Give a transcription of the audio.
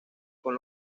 con